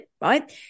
right